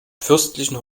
fürstlichen